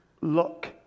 look